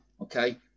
Okay